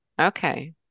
Okay